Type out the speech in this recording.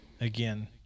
Again